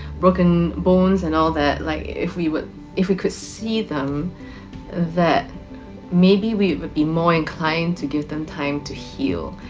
broken bones and all that like if we would if we could see them that maybe we would be more inclined to give them time to heal.